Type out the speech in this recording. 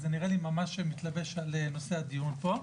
אז זה נראה לי ממש מתלבש על נושא הדיון פה.